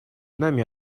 нами